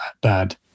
bad